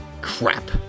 Crap